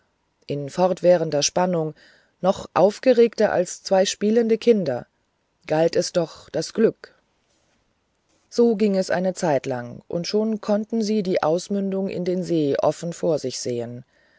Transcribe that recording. in fortwährender spannung noch aufgeregter als zwei spielende kinder galt es doch das glück so ging es eine zeitlang und schon konnten sie die ausmündung in den see offen vor sich sehen